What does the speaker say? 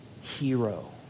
hero